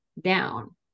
down